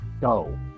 go